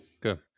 Good